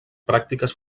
pràctiques